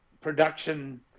production